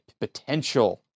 potential